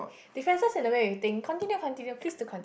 differences in the way we think continue continue please do conti~